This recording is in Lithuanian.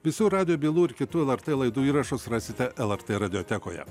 visų radijo bylų ir kitų lrt laidų įrašus rasite lrt radiotekoje